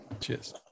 cheers